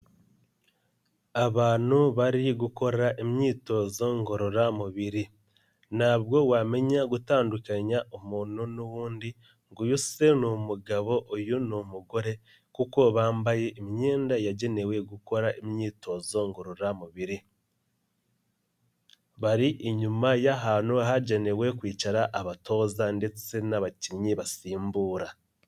Abantu bari gukora imyitozo ngororamubiri, ntabwo wamenya gutandukanya umuntu n'uwundi ngo uyu se ni umugabo, uyu ni umugore kuko bambaye imyenda yagenewe gukora imyitozo ngororamubiri, bari inyuma y'ahantu hagenewe kwicara abatoza ndetse n'abakinnyi basimbura.